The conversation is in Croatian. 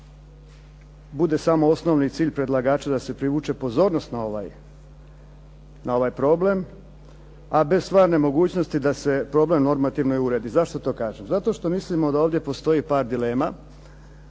bude samo osnovni cilj predlagača da se privuče pozornost na ovaj problem a bez stvarne mogućnosti da se problem normativno i uredi. Zašto to kažem? Zato što mislimo da ovdje postoji par dilema,